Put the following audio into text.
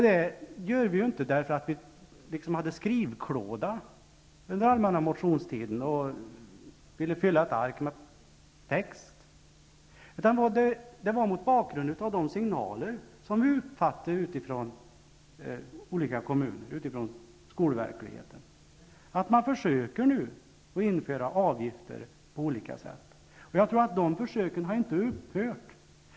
Det gör vi inte därför att vi hade skrivklåda under den allmänna motionstiden och ville fylla ett ark med text. Vi gör det mot bakgrunden av de signaler som utgick från olika kommuner, från skolverkligheten, att man nu försöker införa avgifter. De försöken har inte upphört.